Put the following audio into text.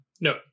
No